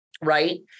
right